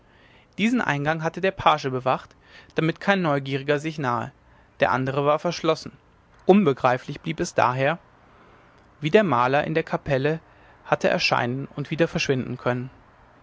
diesen eingang hatte der page bewacht damit kein neugieriger sich nahe der andere war verschlossen unbegreiflich blieb es daher wie der maler in der kapelle erscheinen und wieder verschwinden können